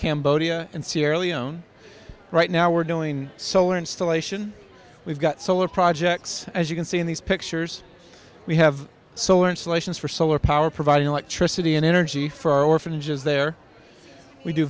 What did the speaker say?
cambodia and sierra leone right now we're doing so in still ation we've got solar projects as you can see in these pictures we have solar installations for solar power providing electricity and energy for our orphanages there we do